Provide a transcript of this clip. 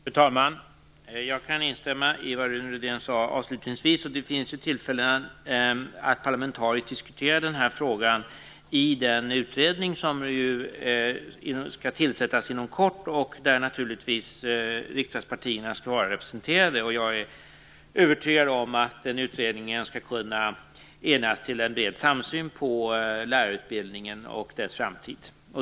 Fru talman! Jag kan instämma i vad Rune Rydén sade avslutningsvis. Det finns ju tillfällen att parlamentariskt diskutera den här frågan i den utredning som skall tillsättas inom kort och i vilken riksdagspartierna skall vara representerade. Jag är övertygad om att denna utredning skall kunna enas till en bred samsyn på lärarutbildningen och dess framtid.